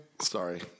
Sorry